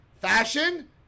fashion